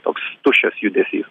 toks tuščias judesys